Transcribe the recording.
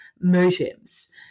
motives